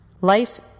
Life